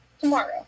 tomorrow